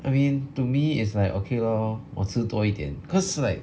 I mean to me it's like okay lor 我吃多一点 cause like